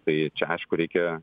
tai čia aišku reikia